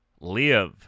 live